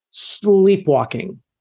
sleepwalking